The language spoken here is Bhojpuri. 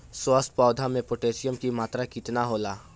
स्वस्थ पौधा मे पोटासियम कि मात्रा कितना होला?